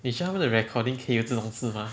你觉得他们的 recording 可以有这种字吗